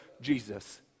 Jesus